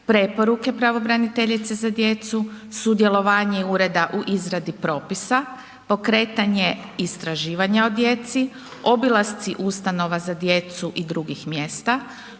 preporuke pravobraniteljice za djecu, sudjelovanje ureda u izradi propisa, pokretanje istraživanja o djeci, obilasci ustanova za djecu i dr. mjesta,